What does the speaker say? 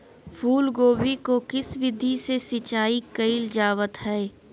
फूलगोभी को किस विधि से सिंचाई कईल जावत हैं?